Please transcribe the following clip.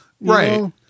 right